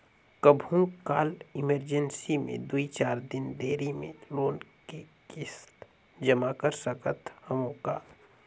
कभू काल इमरजेंसी मे दुई चार दिन देरी मे लोन के किस्त जमा कर सकत हवं का?